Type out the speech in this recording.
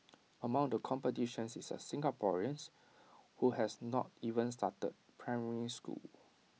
among the competitors is A Singaporean who has not even started primary school